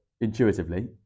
intuitively